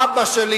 אבא שלי,